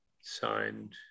signed